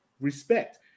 respect